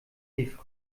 rief